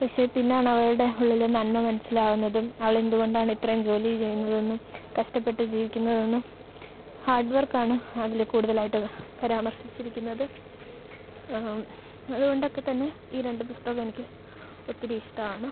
പക്ഷേ പിന്നാണവളുടെ ഉള്ളിലെ നന്മ മനസ്സിലാകുന്നതും അവളെന്തു കൊണ്ടാണിത്രയും ജോലി ചെയ്യുന്നതെന്നും കഷ്ടപ്പെട്ടു ജീവിക്കുന്നതെന്നും ഹാർഡ് വർക്കാണ് അതിൽ കൂടുതലായിട്ട് പരാമർശിച്ചിരിക്കുന്നത് അതുകൊണ്ടൊക്കെ തന്നെ ഈ രണ്ടു പുസ്തകമെനിക്ക് ഒത്തിരി ഇഷ്ടമാണ്